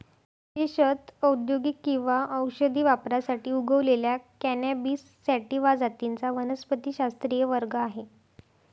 विशेषत औद्योगिक किंवा औषधी वापरासाठी उगवलेल्या कॅनॅबिस सॅटिवा जातींचा वनस्पतिशास्त्रीय वर्ग आहे